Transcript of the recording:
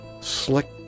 Slick